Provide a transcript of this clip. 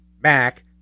Mac